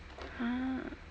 !huh!